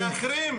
לאחרים,